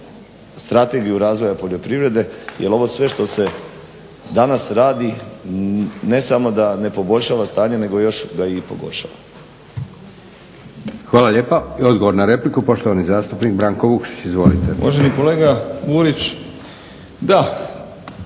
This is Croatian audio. strategiju razvoja poljoprivrede jer ovo sve što se danas radi ne samo da ne poboljšava stanje nego još ga i pogoršava. **Leko, Josip (SDP)** Hvala lijepa. Odgovor na repliku, poštovani zastupnik Branko Vukšić. Izvolite. **Vukšić,